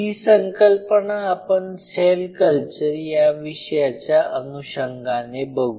ही संकल्पना आपण cell culture या विषयाच्या अनुषंगाने बघू